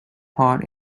part